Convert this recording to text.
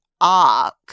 arc